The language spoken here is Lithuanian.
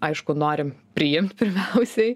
aišku norim priimt pirmiausiai